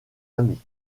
amis